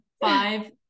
Five